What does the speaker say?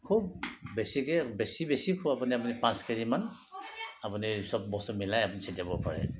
খুব বেছিকৈ বেছি বেছি কৰক আপুনি পাঁচ কেজিমান আপুনি চব বস্তু মিলাই আপুনি ছটিয়াব পাৰে